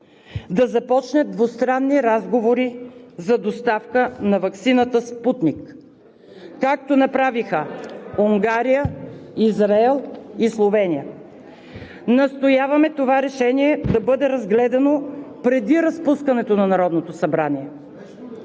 да започне двустранни разговори за доставка на ваксината „Спутник“, както направиха Унгария, Израел и Словения. Настояваме това решение да бъде разгледано преди разпускането на Народното събрание.